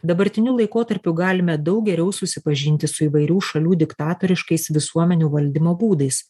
dabartiniu laikotarpiu galime daug geriau susipažinti su įvairių šalių diktatoriškais visuomenių valdymo būdais